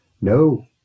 No